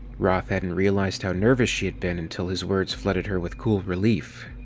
roth hadn't realized how nervous she had been until his words flooded her with cool relief.